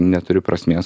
neturi prasmės